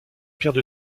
pierre